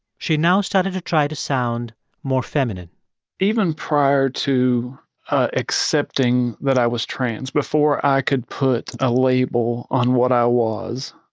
she now started to try to sound more feminine even prior to ah accepting that i was trans before i could put a label on what i was,